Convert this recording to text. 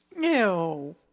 Ew